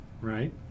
right